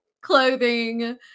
clothing